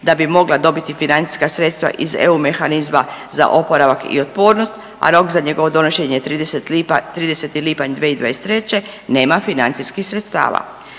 da bi mogla dobiti financijska sredstva iz EU mehanizma za oporavak i otpornost, a rok za njegovo donošenje je 30. lipanj 2023. nema financijskih sredstava.